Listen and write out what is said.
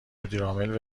مدیرعامل